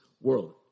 world